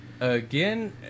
Again